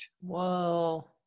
Whoa